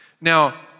Now